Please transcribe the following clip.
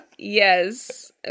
Yes